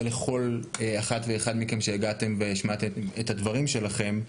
לכל אחת ואחד מכם שהגעתם והשמעתם את הדברים שלכם.